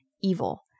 evil